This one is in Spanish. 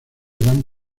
dan